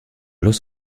los